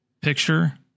picture